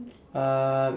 uh